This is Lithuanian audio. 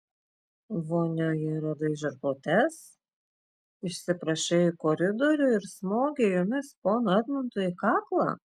vonioje radai žirklutes išsiprašei į koridorių ir smogei jomis ponui edmundui į kaklą